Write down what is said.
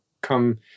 come